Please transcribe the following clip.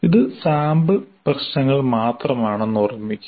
ഇത് സാമ്പിൾ പ്രശ്നങ്ങൾ മാത്രമാണെന്ന് ഓർമ്മിക്കുക